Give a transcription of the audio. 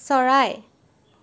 চৰাই